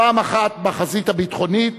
פעם אחת בחזית הביטחונית